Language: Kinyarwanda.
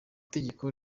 tegeko